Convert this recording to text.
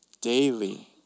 daily